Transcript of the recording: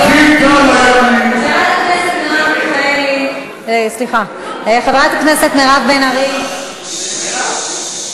אז צריך לפתור את הבעיה הזאת באופן יסודי אחת ולתמיד.